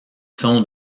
sont